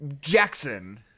Jackson